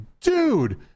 Dude